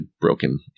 broken